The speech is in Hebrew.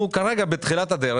כרגע אנחנו בתחילת הדרך,